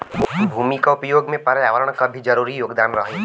भूमि क उपयोग में पर्यावरण क भी जरूरी योगदान रहेला